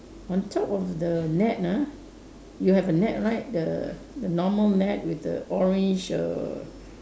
on top of the net ah you have a net right the the normal net with the orange err